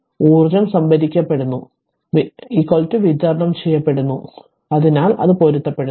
അതിനാൽ ഊർജ്ജം സംഭരിക്കപ്പെടുന്നു വിതരണം ചെയ്യപ്പെടുന്നു അതിനാൽ അത് പൊരുത്തപ്പെടുന്നു